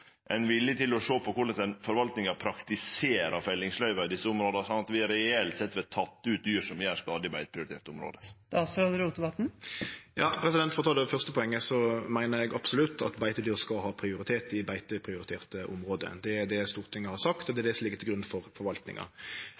ein villig til sjå på korleis forvaltninga praktiserer fellingsløyve i desse områda slik at ein reelt sett får tatt ut dyr som gjer skade i beiteprioriterte område? For å ta det første poenget: Eg meiner absolutt at beitedyr skal ha prioritet i beiteprioriterte område. Det er det Stortinget har sagt, og det er det som ligg til grunn for forvaltninga.